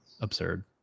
absurd